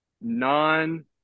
non